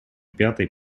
пятой